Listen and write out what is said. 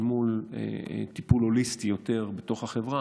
אל מול טיפול הוליסטי יותר בתוך החברה,